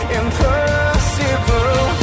impossible